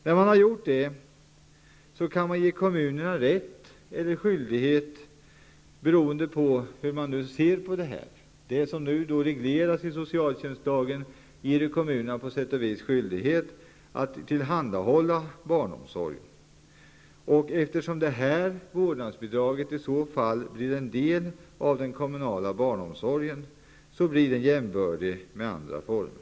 När man har gjort det kan man ge kommunerna rätt eller skyldighet -- beroende på hur man ser det -- att tillhandahålla det stödet. Enligt den nuvarande regleringen i socialtjänstlagen har kommunerna på sätt och vis skyldighet att tillhandahålla barnomsorg. Eftersom det här vårdnadsbidraget i så fall blir en del av den kommunala barnomsorgen blir den jämbördig med andra former.